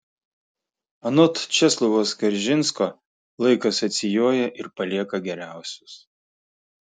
anot česlovo skaržinsko laikas atsijoja ir palieka geriausius